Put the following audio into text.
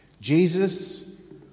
Jesus